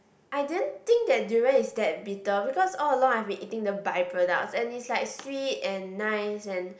I didn't think that durian is that bitter because all along I've been eating the by products and it's like sweet and nice and